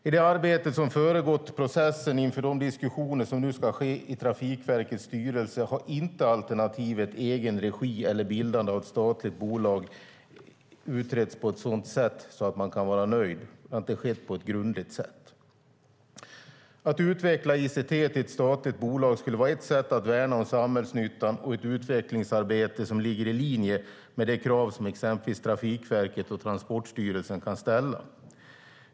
I det arbete som föregått processen inför de diskussioner som nu ska ske i Trafikverkets styrelse har inte alternativet egen regi eller bildandet av ett statligt bolag utretts på ett sådant sätt att man kan vara nöjd, att det skett på ett grundligt sätt. Att utveckla ICT till ett statligt bolag skulle vara ett sätt att värna om samhällsnyttan och ett utvecklingsarbete som ligger i linje med de krav som exempelvis Trafikverket och Transportstyrelsen kan ställa.